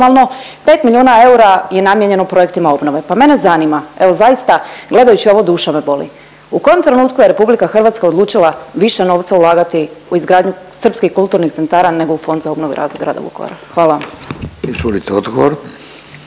formalno, 5 milijuna eura je namijenjeno projektima obnove. Pa mene zanima, evo zaista gledajući ovo duša me boli, u kojem trenutku je RH odlučila više novca ulagati u izgradnju srpskih kulturnih centara nego u Fond za obnovu i razvoj grada Vukovara? Hvala. **Radin, Furio